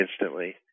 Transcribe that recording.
instantly